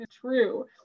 true